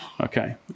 Okay